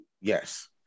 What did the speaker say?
Yes